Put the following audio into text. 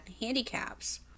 handicaps